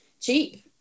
cheap